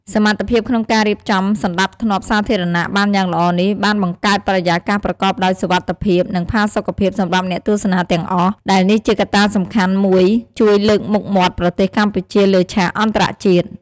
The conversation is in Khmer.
សមត្ថភាពក្នុងការរៀបចំសណ្ដាប់ធ្នាប់សាធារណៈបានយ៉ាងល្អនេះបានបង្កើតបរិយាកាសប្រកបដោយសុវត្ថិភាព និងផាសុកភាពសម្រាប់អ្នកទស្សនាទាំងអស់ ដែលនេះជាកត្តាសំខាន់មួយជួយ លើកមុខមាត់ប្រទេសកម្ពុជាលើឆាកអន្តរជាតិ។